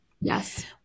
Yes